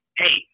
hey